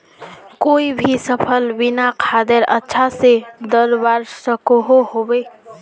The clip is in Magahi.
कोई भी सफल बिना खादेर अच्छा से बढ़वार सकोहो होबे?